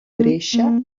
brescia